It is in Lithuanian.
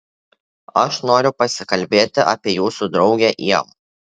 aš noriu pasikalbėti apie jūsų draugę ievą